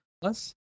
Plus